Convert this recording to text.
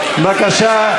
בבקשה.